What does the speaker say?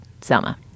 Selma